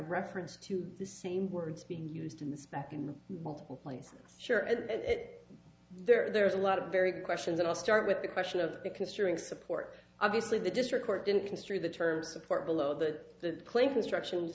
reference to the same words being used in the spec in multiple places sure is it there's a lot of very questions and i'll start with the question of considering support obviously the district court didn't construe the term support below the claim construction